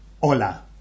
Hola